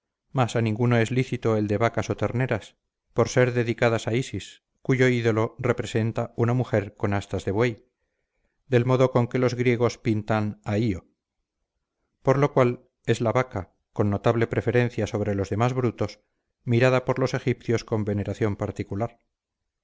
mas a ninguno es lícito el de vacas o terneras por ser dedicadas a isis cuyo ídolo representa una mujer con astas de buey del modo con que los griegos pintan a io por lo cual es la vaca con notable preferencia sobre los demás brutos mirada por los egipcios con veneración particular